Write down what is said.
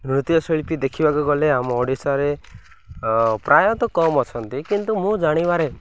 ନୃତ୍ୟଶିଳ୍ପୀ ଦେଖିବାକୁ ଗଲେ ଆମ ଓଡ଼ିଶାରେ ପ୍ରାୟତଃ କମ୍ ଅଛନ୍ତି କିନ୍ତୁ ମୁଁ ଜାଣିବାରେ